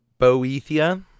Boethia